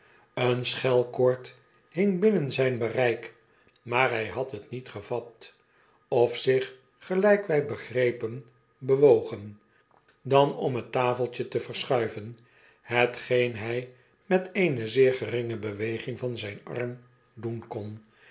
een schelkoord hing binnen zyn bereik maar hij had het niet gevat of zich gelyk wy begrepen bewogen dan om het tafeltje te verschuiven hetgeen hy met eene zeer geringe beweging van zyn arm doen kon